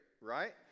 right